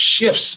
shifts